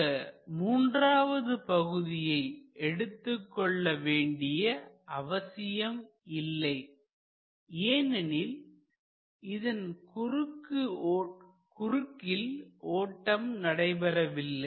இந்த மூன்றாவது பகுதியை எடுத்துக் கொள்ளவேண்டிய அவசியம் இல்லை ஏனெனில் இதன் குறுக்கில் ஓட்டம் நடைபெறவில்லை